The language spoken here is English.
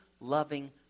loving